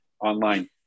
online